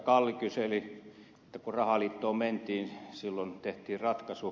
kalli kyseli että kun rahaliittoon mentiin silloin tehtiin ratkaisu